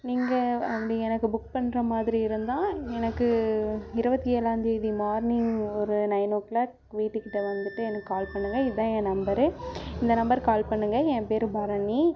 நீங்கள் வண்டி எனக்கு புக் பண்றமாதிரி இருந்தால் எனக்கு இருபத்தி ஏழாந்தேதி மார்னிங் ஒரு நைன் ஓ க்ளாக் வீட்டுக்கிட்ட வந்துட்டு எனக்கு கால் பண்ணுங்கள் இதுதான் என் நம்பரு இந்த நம்பருக்கு கால் பண்ணுங்கள் என் பேர் பரணி